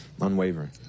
Unwavering